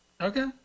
Okay